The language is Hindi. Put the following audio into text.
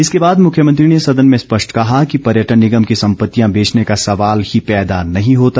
इसके बाद मुख्यमंत्री ने सदन में स्पष्ट कहा कि पर्यटन निगम की संपत्तियां बेचने का सवाल ही पैदा नहीं होता